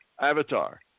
avatar